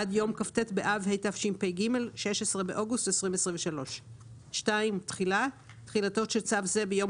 עד יום כ"ט באב התשפ"ג (16 באוגוסט 2023). תחילה תחילתו של צו זה ביום